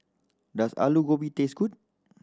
does Alu Gobi taste good